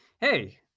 Hey